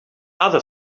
other